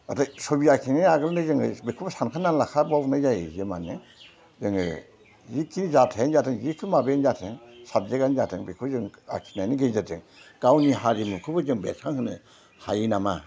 नाथाय सबि आखिनायनि आगोलनो जोङो बेखौ सानखाना लाखानाय जायो जे मानो जोङो जिखि जाथायानो जाथों जिखि माबायानो जाथों साबजेक्टानो जाथों बेखौ जों आखिनायनि गेजेरजों गावनि हारिमुखौबो जों बेरखां होनो हायोनामा